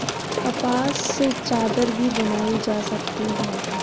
कपास से चादर भी बनाई जा सकती है